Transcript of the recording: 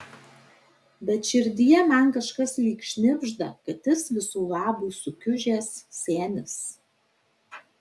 bet širdyje man kažkas lyg šnibžda kad jis viso labo sukiužęs senis